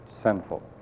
sinful